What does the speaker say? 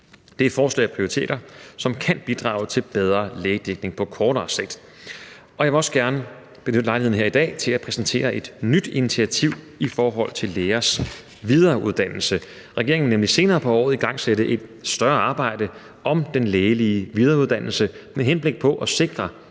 Det er forslag og prioriteter, som kan bidrage til bedre lægedækning på kortere sigt. Jeg vil også gerne benytte lejligheden her i dag til at præsentere et nyt initiativ i forhold til lægers videreuddannelse. Regeringen vil nemlig senere på året igangsætte et større arbejde om den lægelige videreuddannelse med henblik på at sikre,